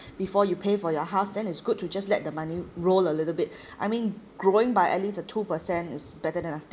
before you pay for your house then it's good to just let the money roll a little bit I mean growing by at least a two per cent is better than nothing